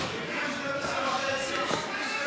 אם מישהו בא ורצח בגיל 13,